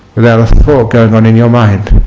without a thought going on in your mind.